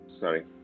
Sorry